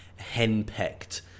hen-pecked